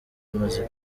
amaze